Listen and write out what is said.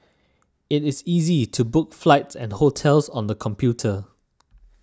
it is easy to book flights and hotels on the computer